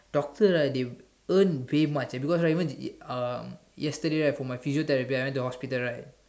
doctor ah they earn very much and because I even um yesterday right for my physiotherapy right I went to hospital right